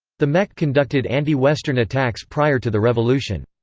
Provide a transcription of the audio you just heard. the mek conducted anti-western attacks prior to the revolution.